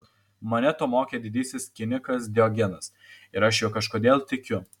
mane to mokė didysis kinikas diogenas ir aš juo kažkodėl tikiu